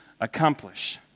accomplish